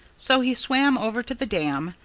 so he swam over to the dam,